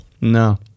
No